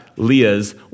Leah's